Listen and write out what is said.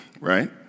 right